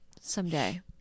someday